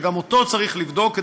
שגם אותו צריך לבדוק,